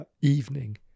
evening